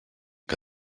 que